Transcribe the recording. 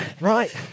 Right